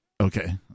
Okay